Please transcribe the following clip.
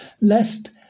lest